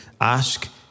Ask